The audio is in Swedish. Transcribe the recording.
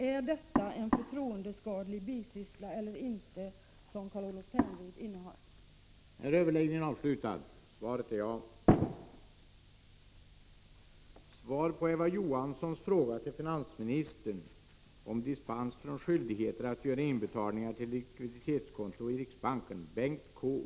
Är det en förtroendeskadlig bisyssla eller inte som Carl-Olof Ternryd innehar i egenskap av Bilindustriföreningens ordförande?